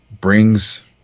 brings